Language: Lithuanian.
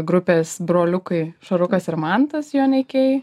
grupės broliukai šarukas ir mantas joneikiai